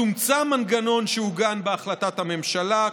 צומצם המנגנון שעוגן בהחלטת הממשלה,